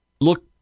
look